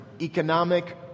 economic